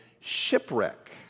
shipwreck